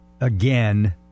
again